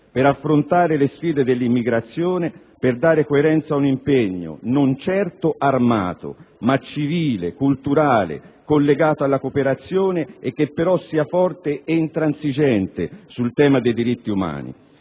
per affrontare le sfide dell'immigrazione, per dare coerenza ad un impegno, non certo armato, ma civile, culturale, collegato alla cooperazione e che però sia forte e intransigente sul tema dei diritti umani.